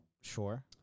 Sure